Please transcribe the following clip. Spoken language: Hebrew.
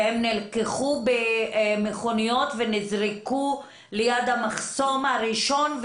והם נלקחו במכוניות ונזרקו ליד המחסום הראשון,